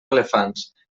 elefants